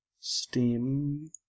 Steam